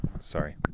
Sorry